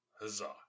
huzzah